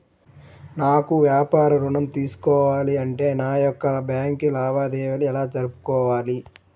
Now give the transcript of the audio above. నాకు వ్యాపారం ఋణం తీసుకోవాలి అంటే నా యొక్క బ్యాంకు లావాదేవీలు ఎలా జరుపుకోవాలి?